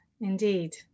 indeed